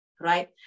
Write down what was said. Right